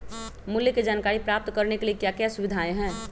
मूल्य के जानकारी प्राप्त करने के लिए क्या क्या सुविधाएं है?